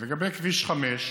לגבי כביש 5,